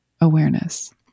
awareness